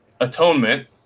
atonement